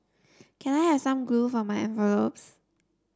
can I have some glue for my envelopes